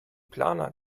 planer